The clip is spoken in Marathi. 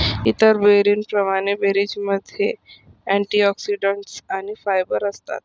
इतर बेरींप्रमाणे, बेरीमध्ये अँटिऑक्सिडंट्स आणि फायबर असतात